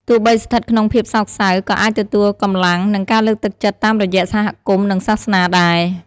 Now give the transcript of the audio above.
ទោះបីស្ថិតក្នុងភាពសោកសៅ ក៏គេអាចទទួលកម្លាំង និងការលើកទឹកចិត្តតាមរយៈសហគមន៍ និងសាសនាដែរ។